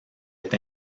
est